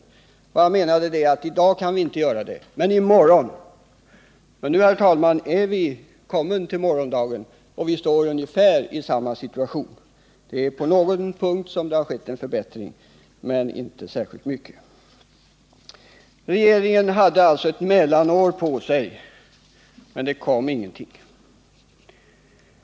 Vad han menade var: I dag kan vi inte göra det, men i morgon. Nu är vi, herr talman, komna till morgondagen, men vi har ungefär samma situation. På någon punkt har det skett en förbättring, men den är inte särskilt stor. Regeringen hade alltså ett mellanår på sig, men det hände ingenting.